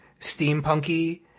steampunky